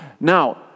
Now